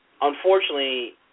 unfortunately